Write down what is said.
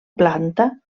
planta